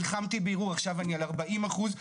נלחמתי עכשיו אני על 40 אחוז,